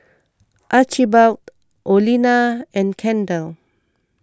Archibald Olena and Kendal